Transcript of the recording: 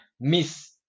miss